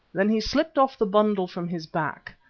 then he slipped off the bundle from his back,